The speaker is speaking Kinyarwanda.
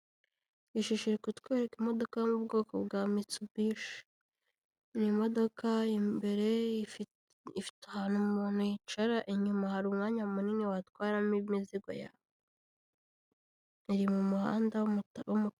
Ishusho irikutwereka imodoka yo mu bwoko bwa Mitsubishi, n'imodoka imbere ifite ahantu umuntu yicara, inyuma hari umwanya munini watwaramo imizigo yawe, iri mu muhanda wu....